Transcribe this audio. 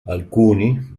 alcuni